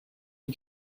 qui